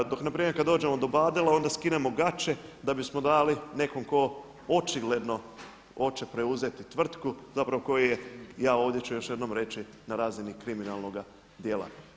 Dok npr. kada dođemo do BADEL-a onda skinemo gaće da bi smo dali nekom tko očigledno hoće preuzeti tvrtku, zapravo koji je, ja ovdje ću još jednom reći na razini kriminalnoga djela.